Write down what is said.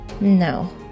no